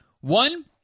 One